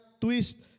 twist